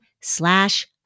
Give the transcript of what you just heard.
slash